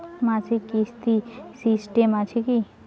মাসিক কিস্তির সিস্টেম আছে কি?